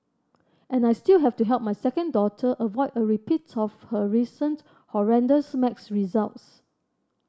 and I still have to help my second daughter avoid a repeat of her recent horrendous maths results